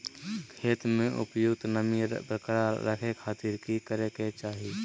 खेत में उपयुक्त नमी बरकरार रखे खातिर की करे के चाही?